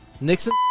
Nixon